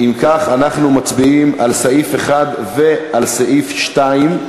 אם כך, אנחנו מצביעים על סעיף 1 ועל סעיף 2,